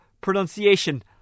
pronunciation